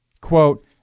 quote